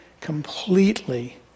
completely